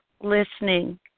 listening